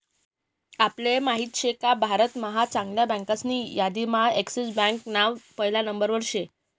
आपले माहित शेका भारत महा चांगल्या बँकासनी यादीम्हा एक्सिस बँकान नाव पहिला नंबरवर शे